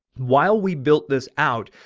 while we built this out,